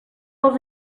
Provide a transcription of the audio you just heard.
els